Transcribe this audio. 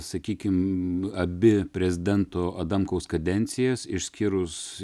sakykim abi prezidento adamkaus kadencijas išskyrus